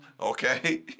Okay